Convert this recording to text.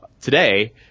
today